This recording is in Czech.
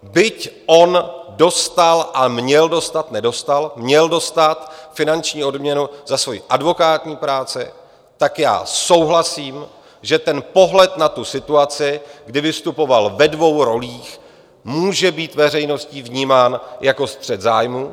Byť on dostal a měl dostat nedostal měl dostat finanční odměnu za svoji advokátní práci, tak souhlasím, že pohled na tu situaci, kdy vystupoval ve dvou rolích, může být veřejností vnímán jako střet zájmů.